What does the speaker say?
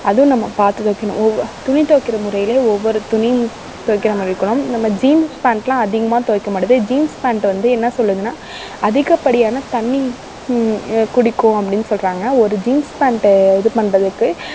அதுவும் நம்ம பார்த்து துவைக்கணும் ஒவ் துணி துவைக்கிற முறையிலையே ஒவ்வொரு துணியும் துவைக்கிற முறை இருக்கணும் நம்ம ஜீன்ஸ் பேண்டெலாம் அதிகமாக துவைக்க மாட்டுது ஜீன்ஸ் பேண்ட் வந்து என்ன சொல்லுதுன்னால் அதிகப்படியான தண்ணி குடிக்கும் அப்டின்னு சொல்கிறாங்க ஒரு ஜீன்ஸ் பேண்ட்டு இது பண்ணுறதுக்கு